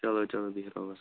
چَلو چَلو بِہِو رۄبَس حَوال